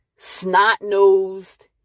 snot-nosed